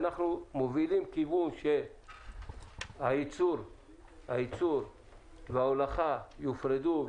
ואנחנו מובילים לכיוון שהייצור וההולכה יופרדו,